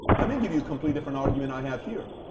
let me give you a complete different argument i have here.